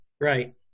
Right